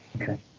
Okay